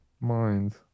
minds